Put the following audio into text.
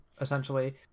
essentially